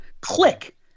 Click